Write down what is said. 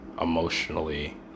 emotionally